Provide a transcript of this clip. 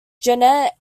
janet